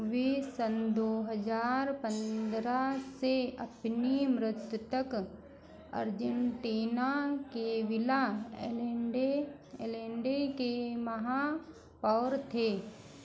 वे सन दो हजार पंद्रह से अपनी मृत्यु तक अर्जेंटीना के विला एलेन्डे एलएंडे के महापौर थे